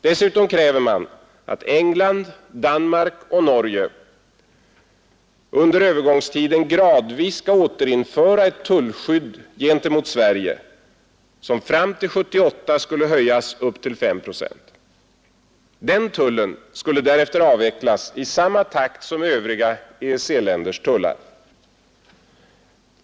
Dessutom kräver man att England, Danmark och Norge under övergångstiden gradvis skall återinföra ett tullskydd gentemot Sverige, som fram till 1978 skulle höjas upp till 5 procent. Denna tull skulle därefter avvecklas i samma takt som övriga EEC-länders tullar.